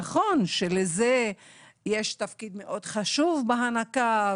נכון שלזה יש תפקיד מאוד חשוב בהנקה,